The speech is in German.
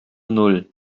null